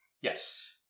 yes